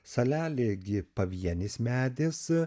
salelė gi pavienis medis